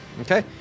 Okay